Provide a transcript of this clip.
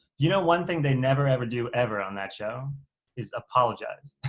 you know one thing they never, ever do ever on that show is apologize.